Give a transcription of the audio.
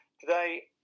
Today